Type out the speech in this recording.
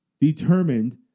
determined